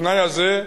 התנאי הזה,